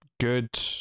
good